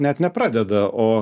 net nepradeda o